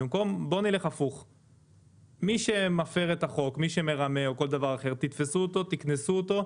כמובן שככל שנראה שאפשר יהיה לתת הקלות נוספות,